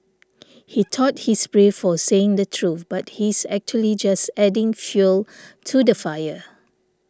he thought he's brave for saying the truth but he's actually just adding fuel to the fire